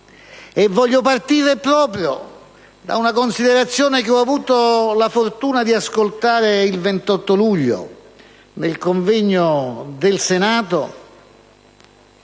voglio partire proprio da una considerazione che ho avuto la fortuna di ascoltare il 28 luglio nel convegno del Senato